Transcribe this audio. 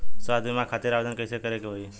स्वास्थ्य बीमा खातिर आवेदन कइसे करे के होई?